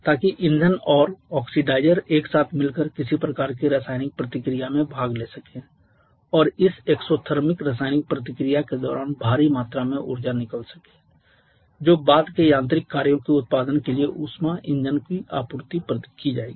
ताकि ईंधन और ऑक्सीडाइज़र एक साथ मिलकर किसी प्रकार की रासायनिक प्रतिक्रिया में भाग ले सकें और इस एक्सोथर्मिक रासायनिक प्रतिक्रिया के दौरान भारी मात्रा में ऊर्जा निकल सके जो बाद के यांत्रिक कार्यों के उत्पादन के लिए ऊष्मा इंजन को आपूर्ति की जाएगी